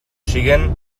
siguin